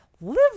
live